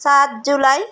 सात जुलाई